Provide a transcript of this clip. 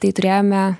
tai turėjome